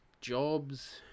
jobs